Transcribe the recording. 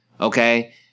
okay